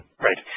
Right